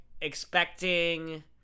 expecting